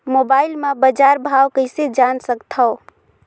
Mobile म बजार भाव कइसे जान सकथव?